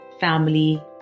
family